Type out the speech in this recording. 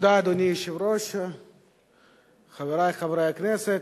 אדוני היושב-ראש, תודה, חברי חברי הכנסת,